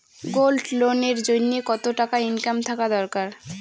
Gold loan এর জইন্যে কতো টাকা ইনকাম থাকা দরকার?